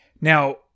now